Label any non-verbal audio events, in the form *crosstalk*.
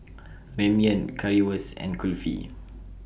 *noise* Ramyeon Currywurst and Kulfi